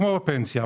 כמו בפנסיה,